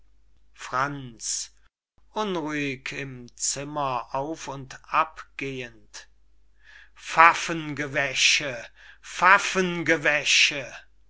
franz unruhig im zimmer auf und abgehend pfaffengewäsche